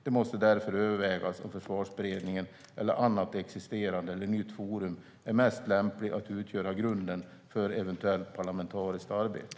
Det måste därför övervägas om Försvarsberedningen eller annat existerande eller nytt forum är mest lämpligt att utgöra grunden för eventuellt parlamentariskt arbete.